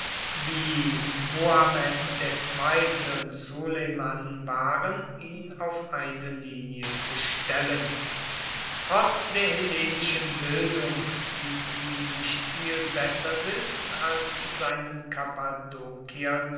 wie muhamed ii und suleiman waren ihn auf eine linie zu stellen trotz der hellenischen bildung die ihm nicht viel besser sitzt als seinen